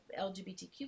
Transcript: LGBTQ